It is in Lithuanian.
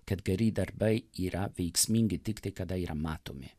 kad geri darbai yra veiksmingi tiktai kada yra matomi